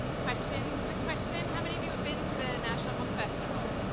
question, quick question. how many of you have been to the national book festival?